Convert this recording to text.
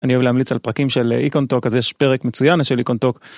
אני אוהב להמליץ על פרקים של אי קונטוק אז יש פרק מצוין של אי קונטוק.